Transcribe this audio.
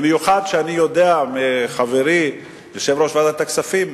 במיוחד כשאני יודע מחברי יושב-ראש ועדת הכספים,